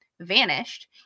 Vanished